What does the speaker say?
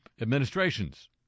administrations